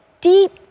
deep